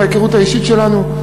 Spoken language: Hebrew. גם ההיכרות האישית שלנו,